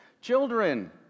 Children